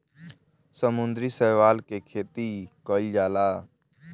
समुद्री शैवाल के खेती कईल जाला